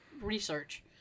research